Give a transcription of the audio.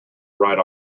right